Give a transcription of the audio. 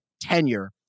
tenure